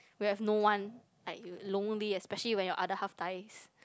we have no one like you lonely especially when your other half dies